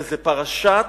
פרשת